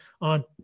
on